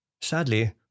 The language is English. Sadly